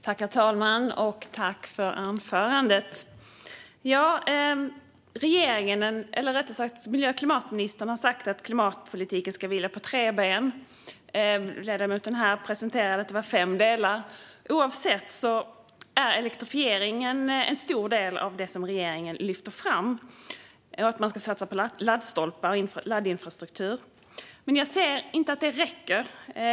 Herr talman! Jag tackar för anförandet. Miljö och klimatministern har sagt att klimatpolitiken ska vila på tre ben. Ledamoten här presenterade fem delar. Oavsett detta är elektrifieringen en stor del av det som regeringen lyfter fram. Man ska satsa på laddstolpar och laddinfrastruktur. Men jag ser inte att det räcker.